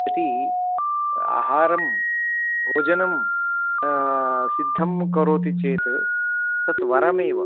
यदि आहारं भोजनं सिद्धं करोति चेत तत् वरमेव